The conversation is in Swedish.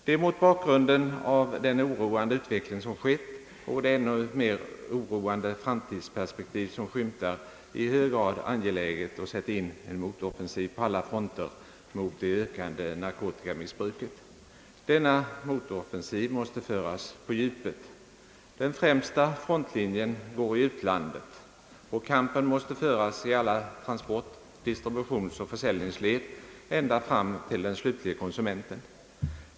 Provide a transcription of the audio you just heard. Det är mot bakgrunden av den oroande utveckling som skett och de ännu mera oroande framtidsperspektiv som skymtar i hög grad angeläget att sätta in en motoffensiv på alla fronter mot det ökande narkotikamissbruket. Denna motoffensiv måste föras på djupet. Den främsta frontlinjen går i utlandet, och kampen måste föras i alla transport-, distributionsoch försäljningsled ända fram till den slutliga konsumenten.